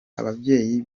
ababyeyi